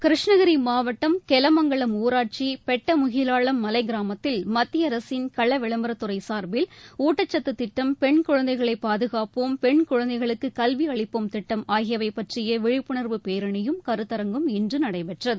கிருஷ்ணகிரி மாவட்டம் கெலமங்கலம் ஊராட்சி பெட்டமுகிலாளம் மலைக் கிராமத்தில் மத்திய அரசின் களவிளம்பரத்துறை சார்பில் ஊட்டச்சத்துத் திட்டம் பெண் குழந்தைகளை பாதுகாப்போம் பெண் குழந்தைகளுக்கு கல்வி அளிப்போம் திட்டம் ஆகியவை பற்றிய விழிப்புனர்வு பேரணியும் கருத்தரங்கும் இன்று நடைபெற்றது